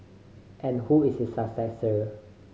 and who is his successor